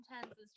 intense